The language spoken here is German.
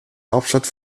hauptstadt